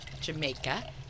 Jamaica